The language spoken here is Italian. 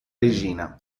regina